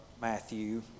Matthew